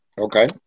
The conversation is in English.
Okay